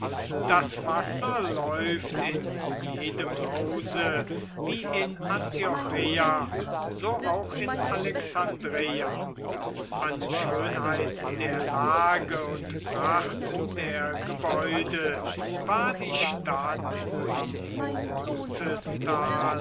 das wasser läuft in jedem hause wie in antiocheia so auch in alexandreia an schönheit der lage und pracht der gebäude war die stadt im